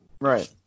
Right